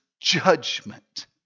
judgment